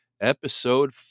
episode